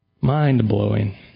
mind-blowing